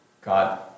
God